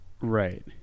Right